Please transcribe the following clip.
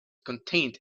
contained